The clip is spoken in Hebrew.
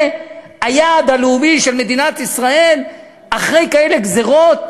זה היעד הלאומי של מדינת ישראל אחרי כאלה גזירות,